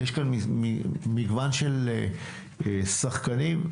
יש פה מגוון שחקנים.